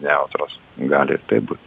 nejautros gali ir taip būt